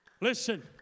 Listen